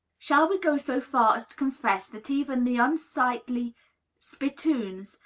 shall we go so far as to confess that even the unsightly spittoons,